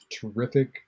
terrific